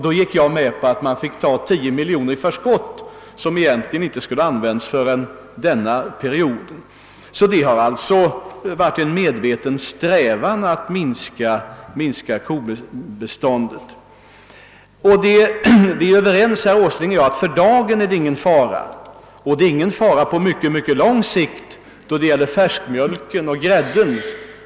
Då gick jag med på att man fick ta 10 miljoner kronor i förskott, som egentligen inte skulle ha använts förrän under denna period. Det har alltså varit en medveten strävan att minska kobeståndet. Herr Åsling och jag är överens om att det för dagen inte är någon fara, och det är ingen fara på mycket lång sikt då det gäller färskmjölken och grädden.